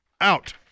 Out